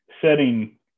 setting